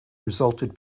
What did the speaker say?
resulted